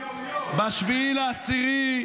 ב-7 באוקטובר,